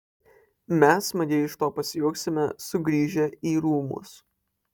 mes smagiai iš to pasijuoksime sugrįžę į rūmus